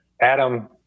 Adam